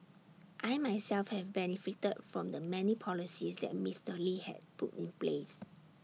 I myself have benefited from the many policies that Mister lee has put in place